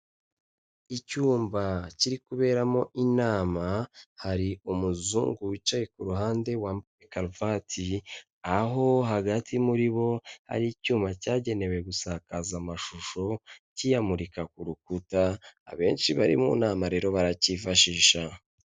Icyumba kiri kuberamo inama, hari umuzungu wicaye ku ruhande wambaye karuvati, aho hagati muri bo hari icyuma cyagenewe gusakaza amashusho, kiyamurika ku rukuta, abenshi bari mu nama rero barakifashisha.